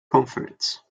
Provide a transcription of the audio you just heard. conference